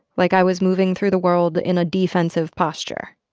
like i was moving through the world in a defensive posture,